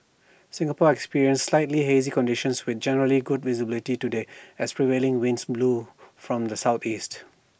Singapore experienced slightly hazy conditions with generally good visibility today as prevailing winds blow from the Southeast